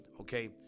okay